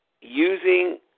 using